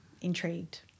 intrigued